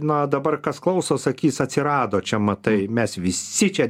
na dabar kas klauso sakys atsirado čia matai mes visi čia